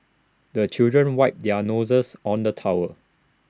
the children wipe their noses on the towel